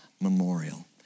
memorial